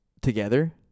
Together